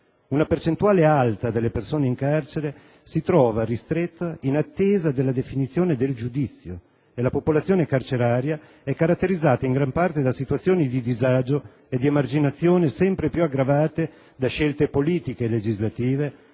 Una percentuale alta delle persone in carcere si trova ristretta in attesa della definizione del giudizio e la popolazione carceraria è caratterizzata in gran parte da situazioni di disagio e di emarginazione, sempre più aggravate da scelte politiche e legislative